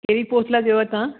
कहिड़ी पोस्ट लाइ ॾियो आहे तव्हां